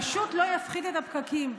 פשוט לא יפחית את הפקקים,